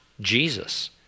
Jesus